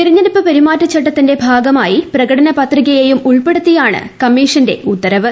തെരഞ്ഞെടുപ്പ് പെരുമാറ്റച്ചട്ടത്തിന്റെ ഭാഗമായി പ്രകടന പത്രികയെയും ഉൾപ്പ്ടുത്തിയാണ് കമ്മീഷന്റെ ഉത്തരവ്